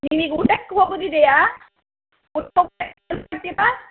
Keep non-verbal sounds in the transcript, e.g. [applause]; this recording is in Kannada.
ನೀವೀಗ ಊಟಕ್ಕೆ ಹೋಗೋದಿದೆಯಾ [unintelligible]